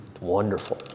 Wonderful